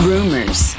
Rumors